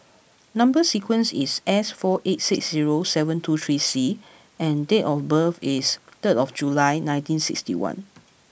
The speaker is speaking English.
number sequence is S four eight six zero seven two three C and date of birth is third of July nineteen sixty one